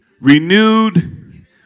renewed